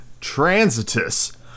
Transitus